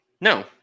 no